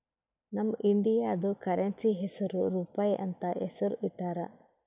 ನಮ್ ಇಂಡಿಯಾದು ಕರೆನ್ಸಿ ಹೆಸುರ್ ರೂಪಾಯಿ ಅಂತ್ ಹೆಸುರ್ ಇಟ್ಟಾರ್